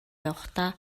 явахдаа